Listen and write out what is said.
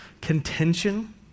contention